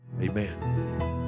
amen